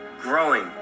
growing